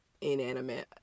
inanimate